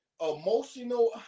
emotional